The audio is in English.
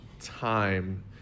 time